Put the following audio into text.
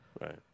Right